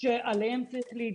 עליהן צריך להתבסס,